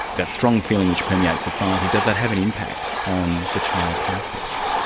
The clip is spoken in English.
that strong feeling which permeates society, does that have an impact on the trial process?